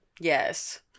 Yes